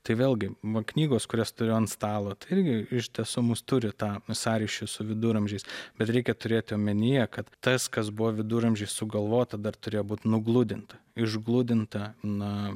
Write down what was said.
tai vėlgi knygos kurias turiu ant stalo tai irgi iš tiesų mums turi tą sąryšį su viduramžiais bet reikia turėti omenyje kad tas kas buvo viduramžiais sugalvota dar turėjo būt nugludinta išgludinta na